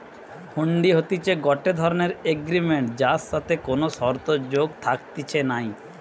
হুন্ডি হতিছে গটে ধরণের এগ্রিমেন্ট যার সাথে কোনো শর্ত যোগ থাকতিছে নাই